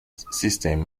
system